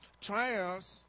Trials